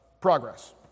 progress